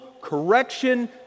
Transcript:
correction